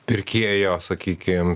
pirkėjo sakykim